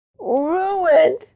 RUINED